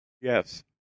Yes